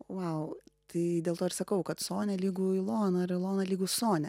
vau tai dėl to ir sakau kad sonia lygu ilona ir ilona lygu sonia